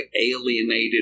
alienated